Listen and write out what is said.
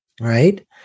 right